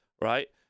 right